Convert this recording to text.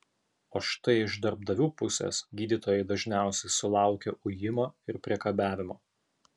o štai iš darbdavių pusės gydytojai dažniausiai sulaukia ujimo ir priekabiavimo